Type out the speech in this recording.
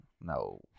No